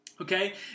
okay